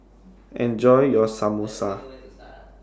Enjoy your Samosa